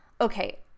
okay